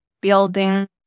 building